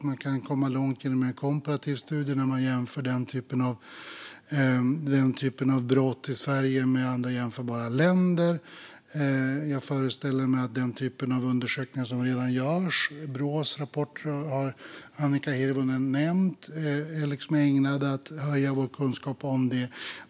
Man kan komma långt genom en komparativ studie där man jämför den typen av brott i Sverige med andra jämförbara länder. Jag föreställer mig också att den typen av undersökningar som redan görs, som Brås rapporter som Annika Hirvonen nämnde, är ägnade att höja vår kunskap om detta.